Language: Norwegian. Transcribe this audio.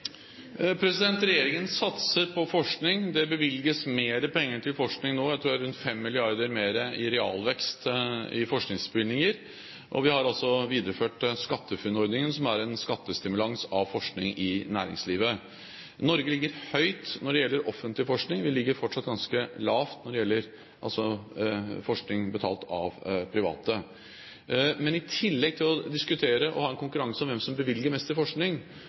Regjeringen satser på forskning. Det bevilges mer penger til forskning nå, jeg tror det er rundt 5 mrd. kr mer i realvekst i forskningsbevilgninger. Vi har videreført SkatteFUNN-ordningen, som er en skattestimulans til forskning i næringslivet. Norge ligger høyt når det gjelder offentlig forskning. Vi ligger fortsatt ganske lavt når det gjelder forskning betalt av private. I tillegg til å diskutere og ha en konkurranse om hvem som bevilger mest til forskning,